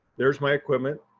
there's my equipment.